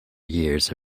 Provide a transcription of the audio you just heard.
years